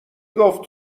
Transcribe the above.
گفت